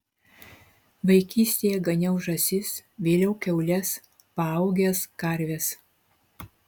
vaikystėje ganiau žąsis vėliau kiaules paaugęs karves